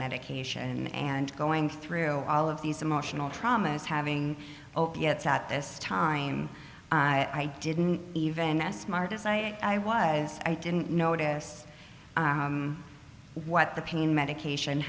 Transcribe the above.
medication and going through all of these emotional traumas having opiates at this time i didn't even as smart as i was i didn't notice what the pain medication